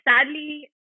Sadly